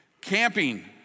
camping